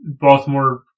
Baltimore